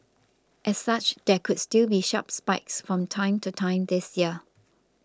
as such there could still be sharp spikes from time to time this year